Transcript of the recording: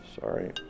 Sorry